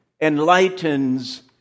enlightens